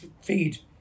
feed